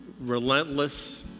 relentless